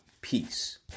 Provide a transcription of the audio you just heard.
Peace